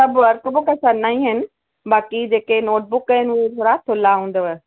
सभु workbook सना ई आहिनि बाकी जेके नोट बुक आहिनि उहे थोरा थुल्हा हूंदव